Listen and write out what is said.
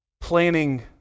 planning